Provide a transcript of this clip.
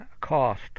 cost